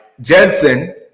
Jensen